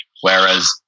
Whereas